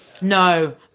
No